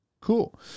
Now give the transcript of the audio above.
cool